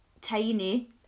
tiny